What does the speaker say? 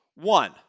one